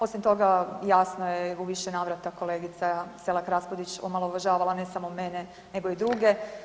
Osim toga, jasno je u više navrata kolegica Selak Raspudić omalovažavala, ne samo mene nego i druge.